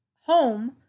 home